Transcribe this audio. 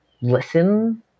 listen